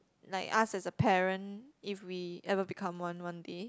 like us as a parent if we ever become one one day